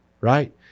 right